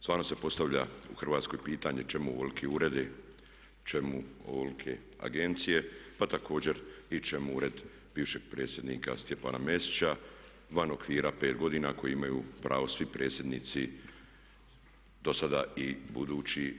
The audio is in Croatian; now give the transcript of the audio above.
Stvarno se postavlja u Hrvatskoj pitanje čemu ovoliki uredi, čemu ovolike agencije pa također i čemu Ured bivšeg predsjednika Stjepana Mesića van okvira 5 godina koji imaju pravo svi predsjednici dosada i budući.